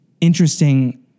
interesting